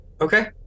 Okay